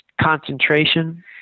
concentration